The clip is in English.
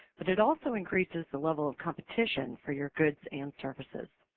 but it also increases the level of competition for your goods and services.